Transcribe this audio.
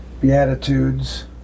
Beatitudes